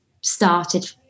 started